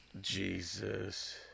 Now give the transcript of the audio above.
Jesus